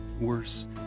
worse